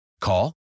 Call